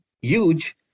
huge